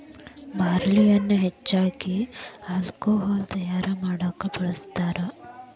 ಬಾರ್ಲಿಯನ್ನಾ ಹೆಚ್ಚಾಗಿ ಹಾಲ್ಕೊಹಾಲ್ ತಯಾರಾ ಮಾಡಾಕ ಬಳ್ಸತಾರ